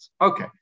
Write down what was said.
Okay